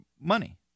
money